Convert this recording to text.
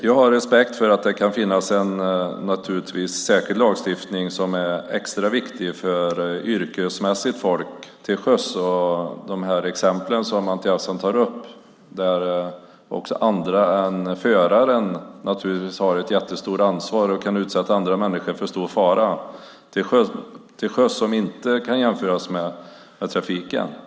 Jag har respekt för att det kan finnas en särskild lagstiftning som är extra viktig för yrkesmässig trafik till sjöss. Anti Avsan tar upp exempel där andra än föraren naturligtvis har ett jättestort ansvar och kan utsätta andra människor för stor fara till sjöss, vilket inte kan jämföras med trafiken på land.